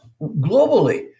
globally